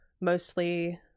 mostly